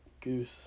Goose